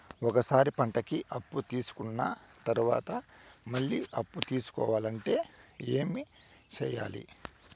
ఒక సారి పంటకి అప్పు తీసుకున్న తర్వాత మళ్ళీ అప్పు తీసుకోవాలంటే ఏమి చేయాలి?